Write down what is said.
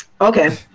Okay